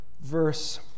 Verse